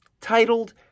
Titled